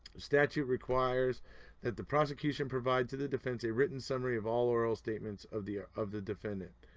statute requires that the prosecution provides to the defense a written summary of all oral statements of the of the defendant